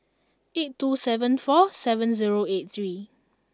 eight two seven four seven zero eight three